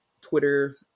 Twitter –